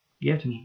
Get